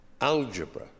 Algebra